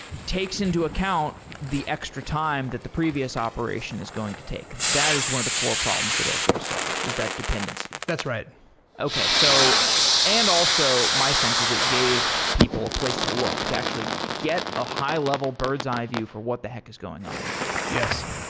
takes into account the extra time that the previous operation is going to take. that is one of the core problems that airflow solved is that dependency. that's right okay. so and also, my sense is it gave people a place to look, to actually get a high level bird's-eye view for what the heck is going on here. yes